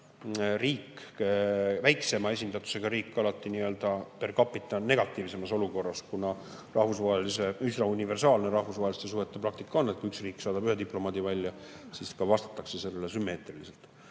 on väiksema esindatusega riik alati nii-öeldaper capitanegatiivsemas olukorras, kuna üsna universaalne rahvusvaheliste suhete praktika on, et kui üks riik saadab ühe diplomaadi välja, siis vastatakse sellele sümmeetriliselt. Ja